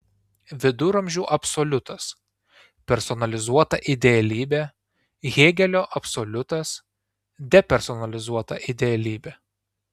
viduramžių absoliutas personalizuota idealybė hėgelio absoliutas depersonalizuota idealybė